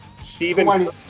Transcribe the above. Stephen